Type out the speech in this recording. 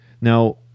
now